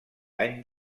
any